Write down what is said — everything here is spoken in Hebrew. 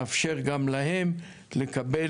לאפשר גם להם לקבל